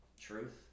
truth